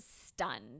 stunned